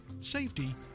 safety